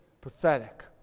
pathetic